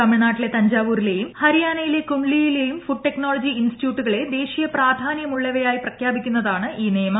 തമിഴ്നാട്ടിലെ തഞ്ചാവൂരിലെയും ഹരിയാനയിലെ കുണ്ട്ലിയിലെയും ഫുഡ് ടെക്നോളജി ഇൻസ്റ്റിറ്റ്യൂട്ടുകളെ ദേശീയ പ്രാധാ ന്യമുള്ളവയായി പ്രഖ്യാപിക്കുന്നതാണ് ഈ നിയമം